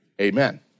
Amen